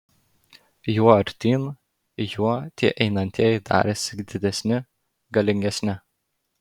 juo artyn juo tie einantieji darėsi didesni galingesni